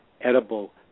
edible